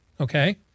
okay